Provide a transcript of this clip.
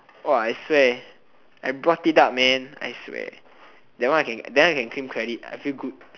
!wah! I swear I brought it up man I swear that one that one I can claim credit I feel good